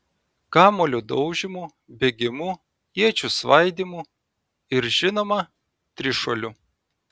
kamuolio daužymu bėgimu iečių svaidymu ir žinoma trišuoliu